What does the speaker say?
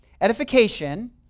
Edification